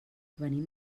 venim